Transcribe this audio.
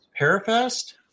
Parafest